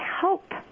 help